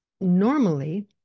normally